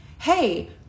Hey